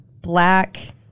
black